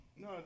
No